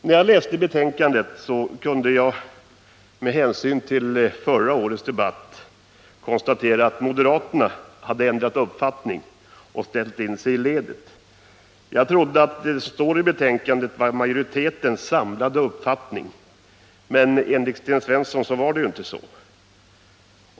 När jag läste betänkandet kunde jag, mot bakgrund av förra årets debatt, konstatera att moderaterna ändrat uppfattning och ställt in sig i ledet. Jag trodde att det som står i betänkandet är majoritetens samlade uppfattning, men enligt Sten Svensson är det ju inte så.